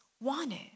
wanted